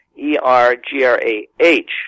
E-R-G-R-A-H